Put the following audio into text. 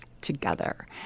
together